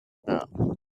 now